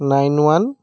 nine one